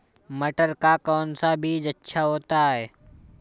मटर का कौन सा बीज अच्छा होता हैं?